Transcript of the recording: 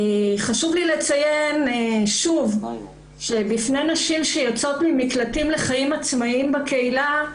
חשוב לי לציין שוב שבפני נשים שיוצאות ממקלטים לחיים עצמאיים בקהילה,